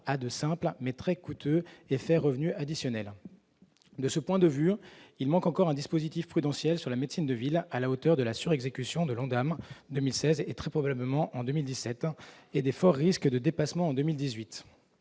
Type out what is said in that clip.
à de simples mais très coûteux effet revenu additionnel de ce point de vue, il manque encore un dispositif prudentiel sur la médecine de ville à la hauteur de la sur l'exécution de l'Ondam 2016 et très probablement en 2017 ans et défaut risque de dépassement en 2018,